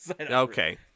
okay